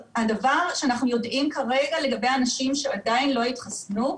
הדבר שאנחנו יודעים כרגע לגבי אנשים שעדיין לא התחסנו,